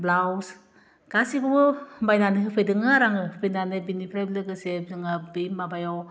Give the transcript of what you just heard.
blouse गासैखौबो बायनानै होफैदोङो आरो आङो होफैनानै बिनिफ्राय लोगोसे जोङो बि माबायाव